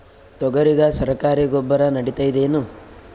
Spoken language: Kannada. ತೊಗರಿಗ ಸರಕಾರಿ ಗೊಬ್ಬರ ನಡಿತೈದೇನು?